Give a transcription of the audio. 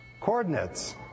coordinates